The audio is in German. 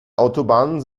autobahnen